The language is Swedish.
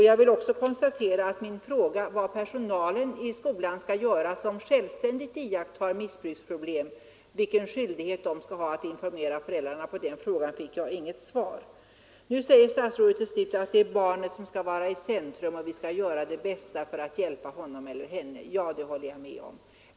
Jag ställde frågan, vilken skyldighet den skolpersonal som självständigt iakttar missbruksproblem skall ha att informera föräldrarna. På den frågan fick jag inget svar. Nu säger statsrådet till slut att det är barnet som skall stå i centrum och att vi skall göra vårt bästa för att hjälpa honom eller henne. Ja, det håller jag med om.